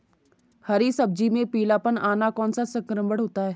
हरी सब्जी में पीलापन आना कौन सा संक्रमण होता है?